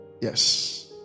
Yes